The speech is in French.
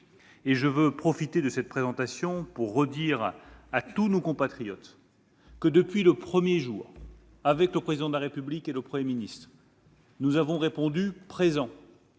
Je veux profiter de cette prise de parole pour redire à tous nos compatriotes que, depuis le premier jour, avec le Président de la République et le Premier ministre, nous avons répondu présents